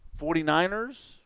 49ers –